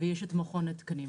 ויש את מכון התקנים,